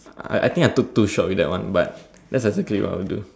I I think I took two shot with that one but that's exactly what I would do